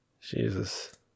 Jesus